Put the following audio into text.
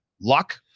luck